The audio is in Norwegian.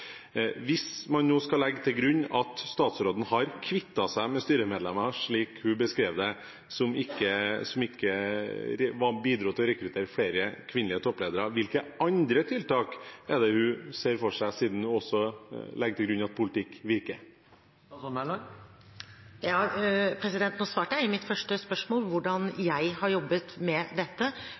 som ikke bidro til å rekruttere flere kvinnelige toppledere, hvilke andre tiltak er det hun ser for seg, siden hun også legger til grunn at politikk virker? Nå sa jeg i mitt første svar hvordan jeg har jobbet med dette